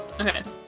Okay